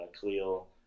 khalil